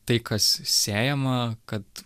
tai kas sėjama kad